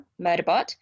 Murderbot